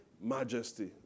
majesty